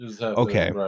Okay